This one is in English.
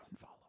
follow